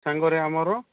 ସାଙ୍ଗରେ ଆମର